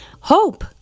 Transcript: hope